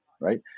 right